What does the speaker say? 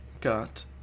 got